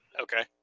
Okay